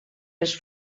les